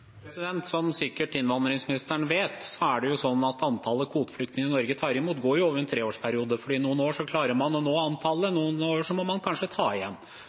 Som sikkert innvandringsministeren vet, er det sånn at antallet kvoteflyktninger Norge tar imot, går over en treårsperiode, for noen år klarer man å nå antallet, noen år må man kanskje ta igjen.